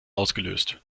ausgelöst